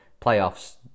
playoffs